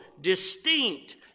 distinct